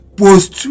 post